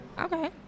okay